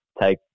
take